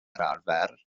arfer